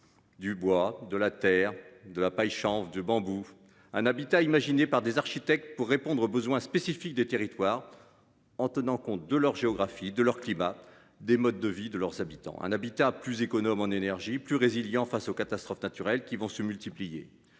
Du bois de la terre de la paille chance de bambou un habitat imaginé par des architectes pour répondre aux besoins spécifiques des territoires. En tenant compte de leur géographie de leur climat des modes de vie de leurs habitants un habitat plus économes en énergie plus résilients face aux catastrophes naturelles qui vont se multiplier.